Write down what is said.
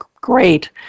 great